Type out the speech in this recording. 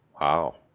Wow